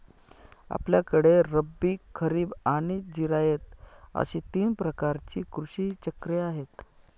आपल्याकडे रब्बी, खरीब आणि जिरायत अशी तीन प्रकारची कृषी चक्रे आहेत